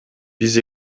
биз